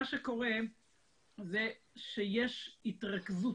מה שקורה זה שיש התרכזות